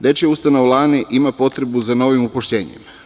Dečija ustanova Lane, ima potrebu za novim upošljenjem.